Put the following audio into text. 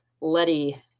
Letty